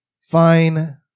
fine